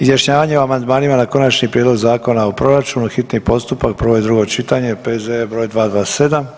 Izjašnjavanje o amandmanima na Konačni prijedlog Zakona o proračunu, hitni postupak, prvo i drugo čitanje P.Z.E. 227.